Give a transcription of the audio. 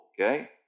okay